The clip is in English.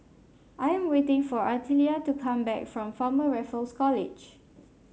I am waiting for Artelia to come back from Former Raffles College